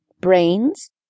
Brains